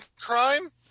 crime